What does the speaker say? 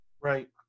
Right